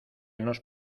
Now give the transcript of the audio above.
nos